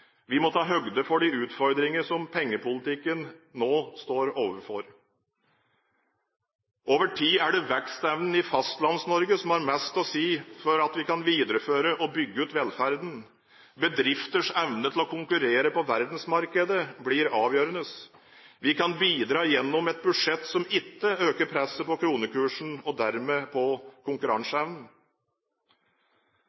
Vi må ta høyde for de utfordringer som pengepolitikken nå står overfor. Over tid er det vekstevnen i Fastlands-Norge som har mest å si for om vi kan videreføre og bygge ut velferden. Våre bedrifters evne til å konkurrere på verdensmarkedet blir avgjørende. Vi kan bidra gjennom et budsjett som ikke øker presset på kronekursen og dermed på